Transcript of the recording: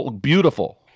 beautiful